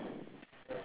no ah